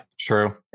True